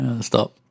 Stop